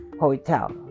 hotel